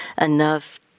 enough